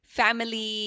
family